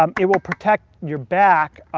um it will protect your back